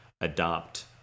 adopt